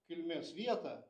kilmės vietą